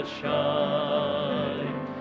shine